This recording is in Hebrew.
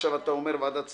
עכשיו אתה אומר ועדת שרים?